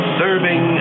serving